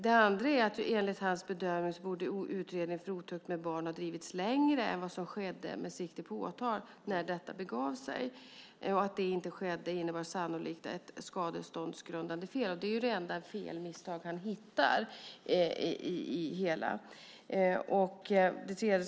Enligt Justitiekanslerns bedömning borde utredningen för otukt med barn ha drivits längre än vad som skedde med sikte på åtal när detta begav sig. Att det inte skedde innebar sannolikt ett skadeståndsgrundande fel. Det är det enda fel eller misstag som han hittar i det hela.